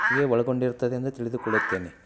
ಯೇ ಒಳಗೊಂಡಿರ್ತದೆ ಎಂದು ತಿಳಿದುಕೊಳ್ಳುತ್ತೇನೆ